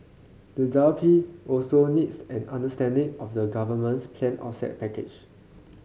the W P also needs an understanding of the government's planned offset package